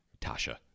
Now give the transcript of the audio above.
Tasha